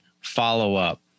follow-up